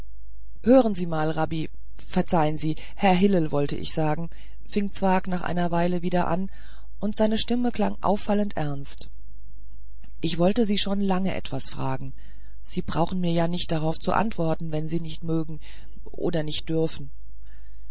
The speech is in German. hören sie mal rabbi verzeihen sie herr hillel wollte ich sagen fing zwakh nach einer weile wieder an und seine stimme klang auffallend ernst ich wollte sie schon lange etwas fragen sie brauchen mir ja nicht drauf zu antworten wenn sie nicht mögen oder nicht dürfen